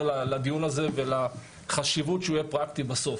לדיון הזה ולחשיבות שהוא יהיה פרקטי בסוף,